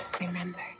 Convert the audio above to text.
remember